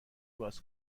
باز